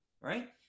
right